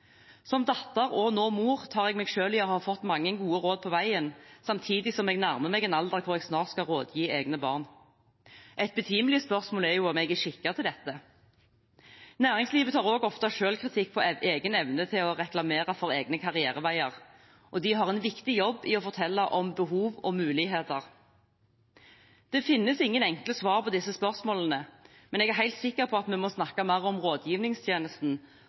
Som datter og nå mor tar jeg meg selv i å ha fått mange gode råd på veien, samtidig som jeg nærmer meg en alder hvor jeg snart skal rådgi egne barn. Et betimelig spørsmål er om jeg er skikket til det. Næringslivet tar også ofte selvkritikk på egen evne til å reklamere for egne karriereveier. De har en viktig jobb med å fortelle om behov og muligheter. Det finnes ingen enkle svar på disse spørsmålene, men jeg er helt sikker på at vi må snakke mer om rådgivningstjenesten,